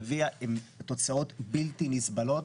לצערי התוצאות שהיא הביאה הן תוצאות בלתי נסבלות,